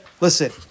Listen